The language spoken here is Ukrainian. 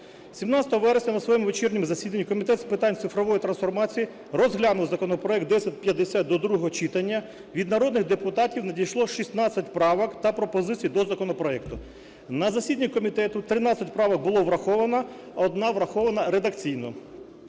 17 вересня на своєму вечірньому засіданні Комітет з питань цифрової трансформації розглянув законопроект 1050 до другого читання. Від народних депутатів надійшло 16 правок та пропозицій до законопроекту. На засіданні комітету 13 правок було враховано, одна врахована редакційно.